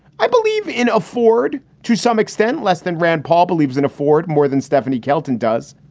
i believe in a ford to some extent less than rand paul believes in a ford more than stephanie kelton does.